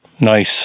Nice